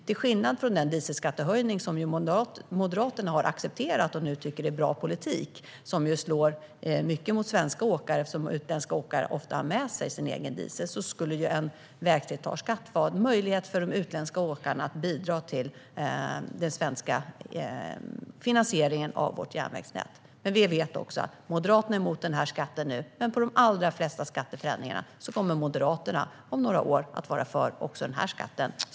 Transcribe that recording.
Till skillnad från den dieselskattehöjning som Moderaterna har accepterat och nu tycker är bra politik och som slår mycket mot svenska åkare, eftersom utländska åkare ofta har med sig sin egen diesel, skulle en vägslitageskatt vara en möjlighet för de utländska åkarna att bidra till finansieringen av vårt svenska järnvägsnät. Vi vet att Moderaterna är emot denna skatt nu, men precis med de allra flesta skatteförändringar kommer Moderaterna om några år att vara för också denna skatt.